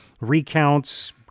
recounts